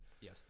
Yes